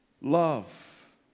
love